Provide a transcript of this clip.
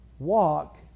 Walk